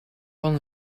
van